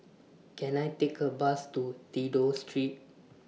Can I Take A Bus to Dido Street